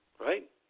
right